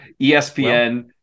ESPN